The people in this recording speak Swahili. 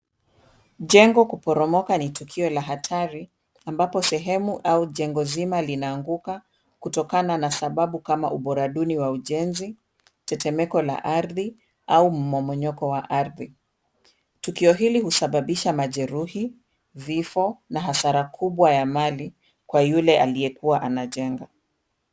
Jengo kuporomoka ni tukio la hatari ambapo sehemu au jengo zima linaanguka kutokana na sababu kama ubora duni wa ujenzi, tetemeko la ardhi au mmomonyoko wa ardhi. Tukio hili husababisha majeruhi, vifo na hasara kubwa ya mali kwa yule aliyekuwa anajenga.